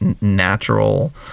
natural